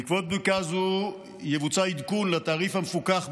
בעקבות בדיקה זו יבוצע עדכון לתעריף המפוקח,